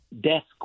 desk